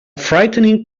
frightening